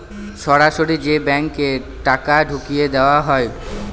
সরাসরি যে ব্যাঙ্কে টাকা ঢুকিয়ে দেওয়া হয়